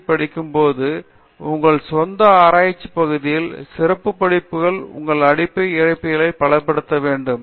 D படிக்கும் போதும் உங்கள் சொந்த ஆராய்ச்சிப் பகுதியில் சிறப்பு படிப்புகளில் உங்கள் அடிப்படை இயற்பியலை பலப்படுத்த வேண்டும்